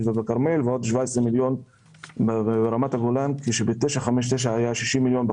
ובכרמל ועוד 17 מיליון ברמת הגולן כאשר ב-959 היה 60 מיליון שקלים,